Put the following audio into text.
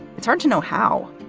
it's hard to know how.